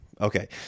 Okay